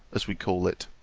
as we call it,